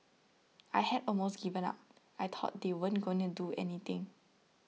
I had almost given up I thought they weren't going to do anything